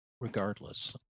regardless